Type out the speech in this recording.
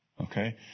okay